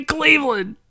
Cleveland